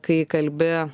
kai kalbi